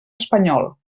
espanyol